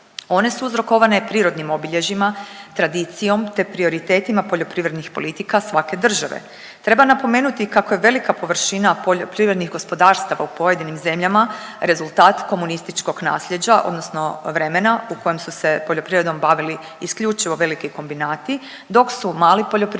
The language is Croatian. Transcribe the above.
One su uzrokovane prirodnim obilježjima, tradicijom te prioritetima poljoprivrednih politika svake države. Treba napomenuti kako je velika površina poljoprivrednih gospodarstava u pojedinim zemljama rezultat komunističkog nasljeđa odnosno vremena u kojem su se poljoprivredom bavili isključivo veliki kombinati dok su mali poljoprivrednici